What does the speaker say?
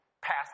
passed